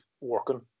working